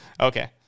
Okay